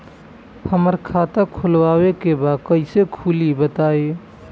हमरा खाता खोलवावे के बा कइसे खुली बताईं?